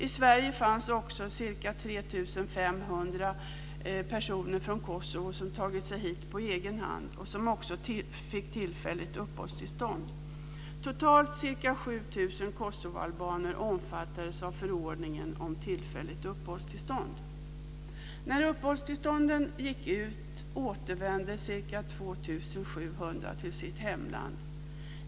I Sverige fanns också ca 3 500 personer från Kosovo som tagit sig hit på egen hand och som också fick tillfälligt uppehållstillstånd. Totalt ca 7 000 kosovoalbaner omfattades av förordningen om tillfälligt uppehållstillstånd. 2 700 till sitt hemland.